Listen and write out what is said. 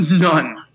None